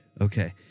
Okay